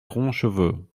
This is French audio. roncheveux